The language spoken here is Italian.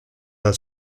dal